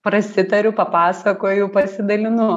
prasitariu papasakoju pasidalinu